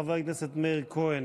חבר הכנסת מאיר כהן,